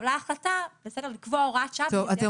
והתקבלה החלטה לקבוע הוראת שעה --- אתם